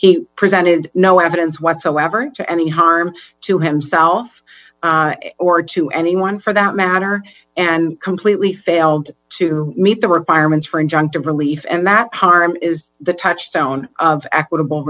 he presented no evidence whatsoever to any harm to himself or to anyone for that matter and completely failed to meet the requirements for injunctive relief and that harm is the touchstone of equitable